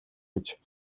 гэж